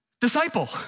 Disciple